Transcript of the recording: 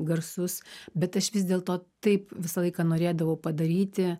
garsus bet aš vis dėlto taip visą laiką norėdavau padaryti